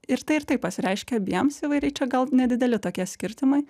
ir tai ir tai pasireiškia abiems įvairiai čia gal nedideli tokie skirtumai